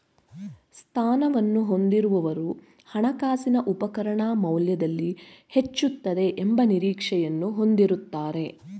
ಸ್ಥಾನವನ್ನು ಹೊಂದಿರುವವರು ಹಣಕಾಸಿನ ಉಪಕರಣ ಮೌಲ್ಯದಲ್ಲಿ ಹೆಚ್ಚುತ್ತದೆ ಎಂಬ ನಿರೀಕ್ಷೆಯನ್ನು ಹೊಂದಿರುತ್ತಾರೆ